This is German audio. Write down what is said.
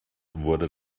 wurde